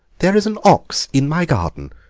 there is an ox in my garden,